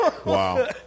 Wow